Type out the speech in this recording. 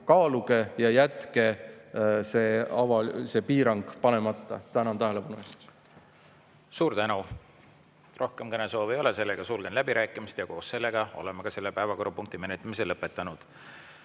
kaaluge ja jätke see piirang panemata. Tänan tähelepanu eest! Suur tänu! Rohkem kõnesoove ei ole, sulgen läbirääkimised. Koos sellega oleme selle päevakorrapunkti menetlemise lõpetanud.